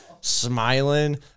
smiling